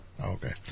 Okay